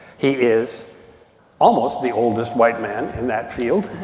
he is almost the oldest white man in that field